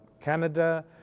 Canada